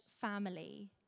family